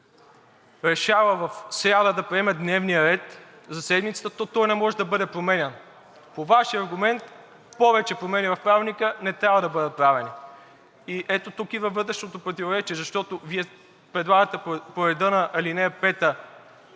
решава в сряда да приеме дневния ред за седмицата, то той не може да бъде променян и по Вашия аргумент повече промени в Програмата не трябва да бъдат правени. И ето тук идва вътрешното противоречие, защото Вие предлагате по реда на ал. 5